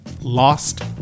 lost